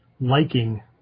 liking